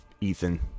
Ethan